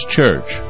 Church